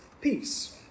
peace